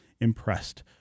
impressed